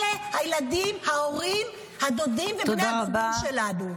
אלה הילדים, ההורים, הדודים ובני הדודים שלנו.